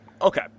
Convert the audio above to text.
Okay